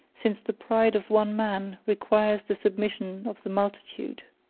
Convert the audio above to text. since the pride of one man requires the submission of the multitude.